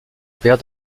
père